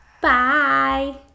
bye